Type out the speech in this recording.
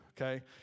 okay